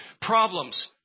problems